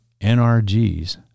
NRGs